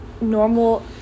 normal